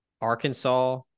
Arkansas